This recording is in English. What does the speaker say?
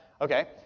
Okay